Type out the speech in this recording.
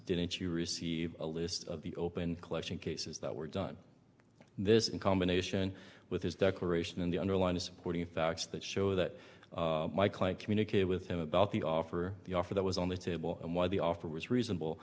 didn't you receive a list of the open collection cases that were done this in combination with his declaration in the underline of supporting facts that show that my client communicate with him about the offer the offer that was on the table and why the offer was reasonable